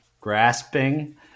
grasping